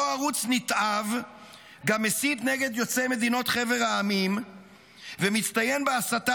אותו ערוץ נתעב גם מסית נגד יוצאי מדינות חבר העמים ומצטיין בהסתה